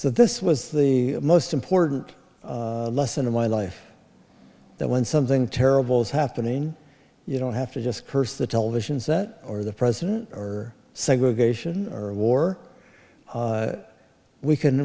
so this was the most important lesson of my life that when something terrible is happening you don't have to just curse the television set or the president or segregation or war we can